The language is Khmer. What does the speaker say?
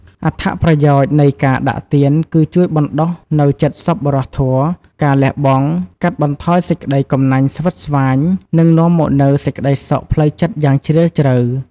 អត្ថប្រយោជន៍ នៃការដាក់ទានគឺជួយបណ្ដុះនូវចិត្តសប្បុរសធម៌ ការលះបង់ កាត់បន្ថយសេចក្ដីកំណាញ់ស្វិតស្វាញ និងនាំមកនូវសេចក្ដីសុខផ្លូវចិត្តយ៉ាងជ្រាលជ្រៅ។